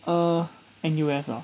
err N_U_S ah